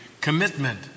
commitment